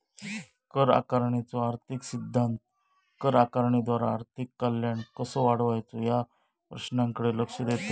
कर आकारणीचो आर्थिक सिद्धांत कर आकारणीद्वारा आर्थिक कल्याण कसो वाढवायचो या प्रश्नाकडे लक्ष देतत